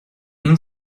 این